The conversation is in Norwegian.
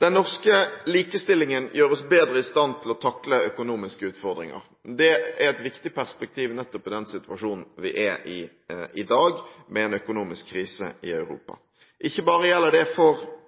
Den norske likestillingen gjør oss bedre i stand til å takle økonomiske utfordringer. Det er et viktig perspektiv nettopp i den situasjonen som vi er i i dag, med en økonomisk krise i Europa. Ikke bare gjelder det for